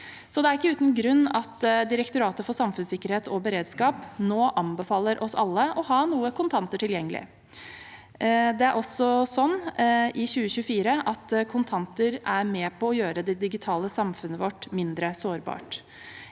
Det er ikke uten grunn at Direktoratet for samfunnssikkerhet og beredskap nå anbefaler oss alle å ha noe kontanter tilgjengelig. Også i 2024 er kontanter med på å gjøre det digitale samfunnet vårt mindre sårbart.